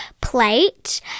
plate